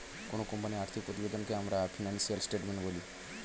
কোনো কোম্পানির আর্থিক প্রতিবেদনকে আমরা ফিনান্সিয়াল স্টেটমেন্ট বলি